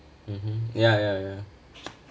mmhmm ya ya ya